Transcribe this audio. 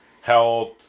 health